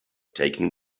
taking